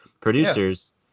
producers